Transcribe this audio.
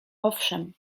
owszem